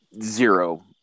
zero